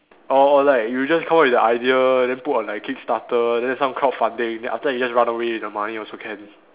or or like you just come up with the idea then put on like kickstarter then some crowdfunding then after that you just run away with the money also can